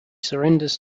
surrenders